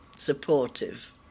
supportive